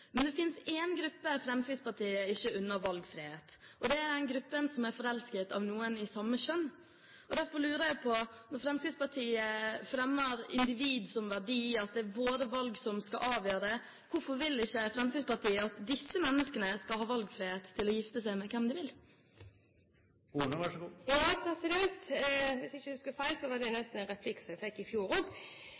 Men det finnes én gruppe Fremskrittspartiet ikke unner valgfrihet, og det er den gruppen som er forelsket i noen av samme kjønn. Derfor lurer jeg på, når Fremskrittspartiet fremmer individ som verdi – at det er våre valg som skal avgjøre – hvorfor Fremskrittspartiet ikke vil at disse menneskene skal ha valgfrihet til å gifte seg med hvem de vil? Hvis jeg ikke husker feil, var det nesten en slik replikk jeg fikk i fjor